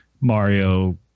Mario